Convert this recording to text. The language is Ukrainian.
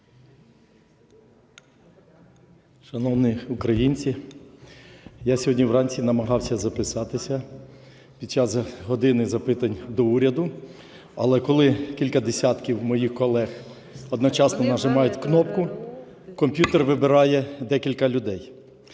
Шановні українці, я сьогодні вранці намагався записатися під час "години запитань до Уряду". Але коли кілька десятків моїх колег одночасно нажимають кнопку, комп'ютер вибирає декілька людей.